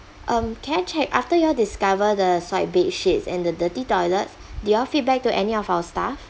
um can I check after you all discover the soil bed sheets and the dirty toilet did you all feedback to any of our staff